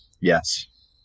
Yes